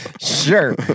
Sure